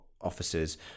officers